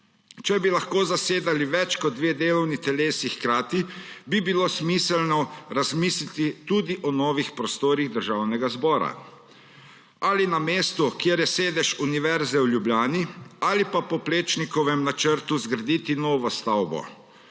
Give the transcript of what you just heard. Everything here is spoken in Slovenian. Če bi lahko zasedali več kot dve delovni telesi hkrati, bi bilo smiselno razmisliti tudi o novih prostorih Državnega zbora ali na mestu, kjer je sedež Univerze v Ljubljani, ali pa po Plečnikovem načrtu zgraditi novo stavbo,